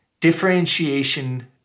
differentiation